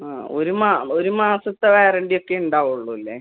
ആ ഒര്മാ ഒര് മാസത്തെ വാരണ്ടിയൊക്കെ ഉണ്ടാവുകയുള്ളു അല്ലെ